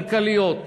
כלכליות וביטחוניות.